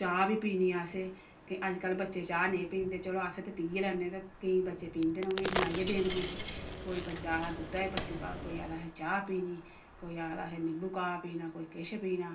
चाह् बी पीनी ऐ असें ते अज्जकल बच्चे चाह् नेईं पींदे चलो अस ते पीऽ गै लैने ते केईं बच्चे पींदे न उ'नें ई बनाइये देने पौंदी कोई बच्चा आखदा दुद्धा ई पत्ती पाओ कोई आखदा अहें चाह् पीनी कोई आखदा अहें नींबू काह्वा पीना कोई किश पीना